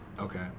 Okay